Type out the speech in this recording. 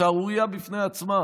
שערורייה בפני עצמה,